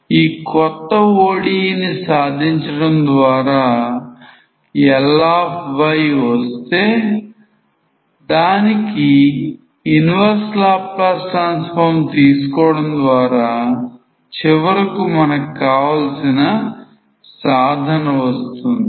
ఈ కొత్త ODEని సాధించడం ద్వారా Ly వస్తే దానికి inverse Laplace transform తీసుకోవడం ద్వారా చివరకు మనకు కావలసిన సాధన వస్తుంది